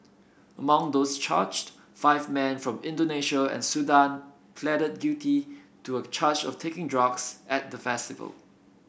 among those charged five men from Indonesia and Sudan pleaded guilty to a charge of taking drugs at the festival